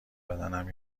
بدنم